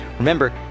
Remember